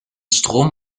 strom